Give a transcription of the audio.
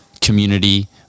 community